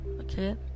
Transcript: Okay